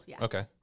Okay